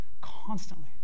constantly